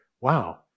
wow